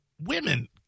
Women